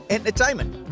Entertainment